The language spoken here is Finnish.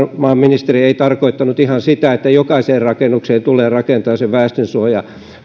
varmaan ministeri ei tarkoittanut ihan sitä että jokaiseen rakennukseen tulee rakentaa väestönsuoja